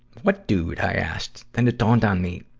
what dude, i asked. then it dawned on me,